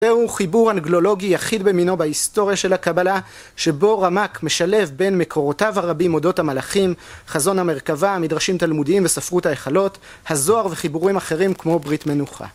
זהו חיבור אנגלולוגי יחיד במינו בהיסטוריה של הקבלה שבו רמק משלב בין מקורותיו הרבים, אודות המלאכים, חזון המרכבה, מדרשים תלמודיים וספרות ההיכלות, הזוהר וחיבורים אחרים כמו ברית מנוחה.